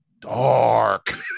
dark